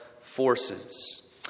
forces